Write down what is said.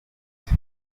muke